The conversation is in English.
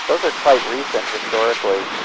those are quite recent historically,